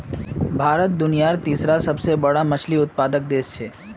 भारत दुनियार तीसरा सबसे बड़ा मछली उत्पादक देश छे